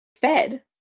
fed